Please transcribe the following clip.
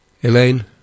Elaine